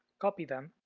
copy them,